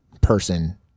person